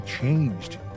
changed